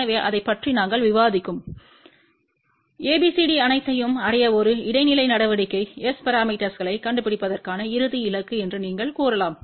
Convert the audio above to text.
எனவே அதைப் பற்றி நாங்கள் விவாதிக்கும் ABCD அனைத்தையும் அடைய ஒரு இடைநிலை நடவடிக்கை S பரமீட்டர்ஸ்களைக் கண்டுபிடிப்பதற்கான இறுதி இலக்கு என்று நீங்கள் கூறலாம்